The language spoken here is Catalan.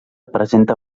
presenta